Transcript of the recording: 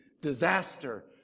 disaster